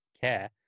care